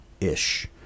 ish